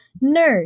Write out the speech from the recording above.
no